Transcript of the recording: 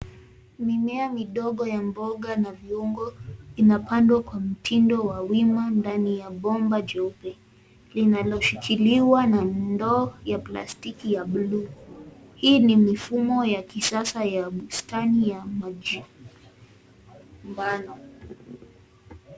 Mimea midogo ya mboga na viungo inapandw kwa mtindo wa wima ndani ya bomba jeupe linaloshikiliwa na ndoo ya plastiki ya bluu . Hii ni mifumo ya kisasa ya bustani ya maji.